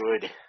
good